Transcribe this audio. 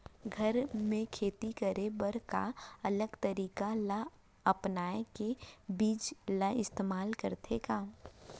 घर मे खेती करे बर का अलग तरीका ला अपना के बीज ला इस्तेमाल करथें का?